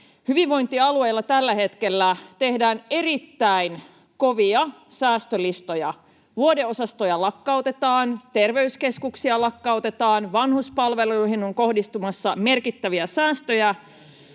hyvinvointialueilla tällä hetkellä tehdään erittäin kovia säästölistoja. Vuodeosastoja lakkautetaan, terveyskeskuksia lakkautetaan, vanhuspalveluihin on kohdistumassa merkittäviä säästöjä,